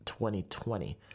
2020